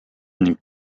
ning